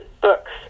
books